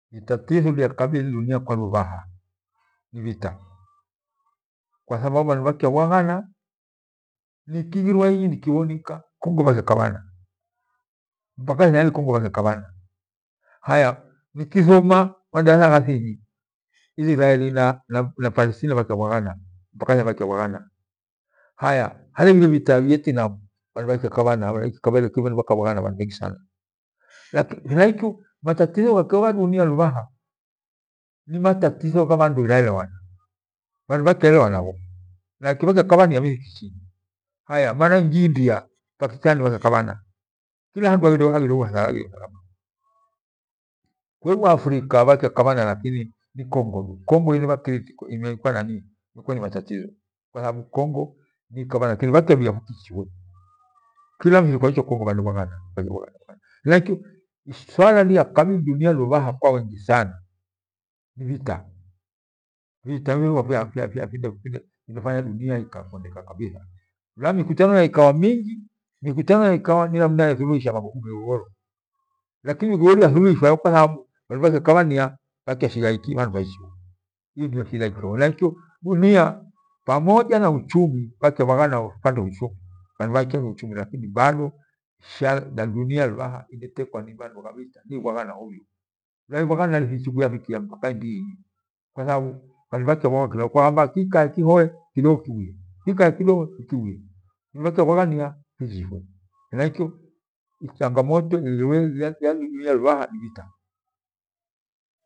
Hatitho kuyakabili dunia kwa lubhaha. Vita kwathababu bhandu bhakyabhaghana nikighirwa inyi nikibhonika Congo bhakya kabhana mpaka ithangali Congo bhakyaka bhana. Haya nikithoma madaratha gha dini Israeli na Palestina bhakyabhaaghana mpaka ithanyali bhakyabhaghana. Haya, haleghire bhita ya Vietinamu bhandu bhalekyakabhana bhakabhwaghana bhandu bhengi sana. He- Henaikyo matatizo hakeho gha dunia lubhaha, nimatatizo ghabhandu inaelewana. Bhandu bhakyaelewanabho. Henaikyo bhakyabhania. Haya mara ingi India Pakistani bhayakabhana kila handu haghireho uthalama. Kweru Africa bhakyakabhana lakini ni Congo Congo indebha Kritico imekua nanzi imekua ni matatarizo, kwathababu Congo bhakyakabhana bhakyakilwia fukiichifwe. Kila mfiri kwai chwa Congo bhandebhaghana henaikyo Swala nyaihabili dunia lubha kwa wingi sana, ni vita vita nifyo findefanya dunia ikakondeka kabisa. Lubhaha mikutano ikyaikawa mingi mikutano iyaikawa niyaithuluhisa migogoro, lakini migogoro iyathuluhishwa kwathababu bhandu bhakyakabhania bhakyashigha iki, bhandu bhaichibho, li niyo shida ikeho. Henaikyo dunia pamoja na Uchumi bhakyabhaghana bhapate Uchumi. Lakini bado dunia indetekwa ni mabogha vita nibhagha hobhio, kwahamba kikae kihie kidogo kibhie ikyo mbabhaghamia fukiife heaikyo changamoto iibhere duria lubhaha ni vita.